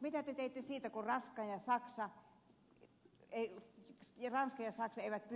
mitä te teitte silloin kun ranska ja saksa eivät